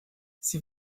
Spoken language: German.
sie